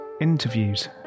interviews